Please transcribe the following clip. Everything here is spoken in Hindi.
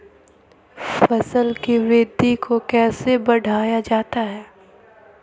फसल की वृद्धि को कैसे बढ़ाया जाता हैं?